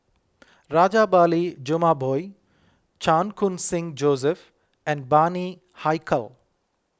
Rajabali Jumabhoy Chan Khun Sing Joseph and Bani Haykal